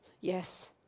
yes